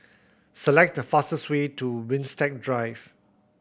select the fastest way to Winstedt Drive